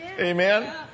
amen